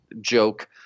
joke